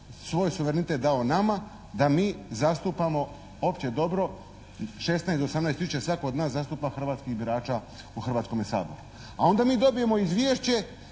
svoj suverenitet dao nama da mi zastupamo opće dobro, 16 do 18 tisuća svatko od nas zastupa hrvatskih birača u Hrvatskome saboru. A onda bi dobijemo izvješće